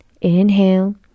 inhale